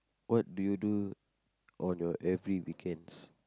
what do you do on your every weekends